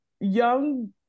young